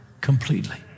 completely